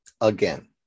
Again